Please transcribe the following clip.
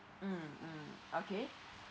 mm okay